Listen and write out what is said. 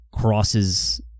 crosses